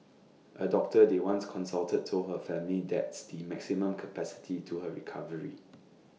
A doctor they once consulted told her family that's the maximum capacity to her recovery